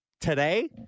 Today